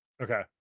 Okay